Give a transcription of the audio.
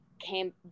came